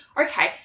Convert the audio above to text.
okay